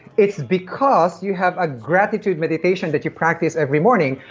it's because you have a gratitude meditation that you practice every morning.